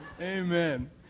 Amen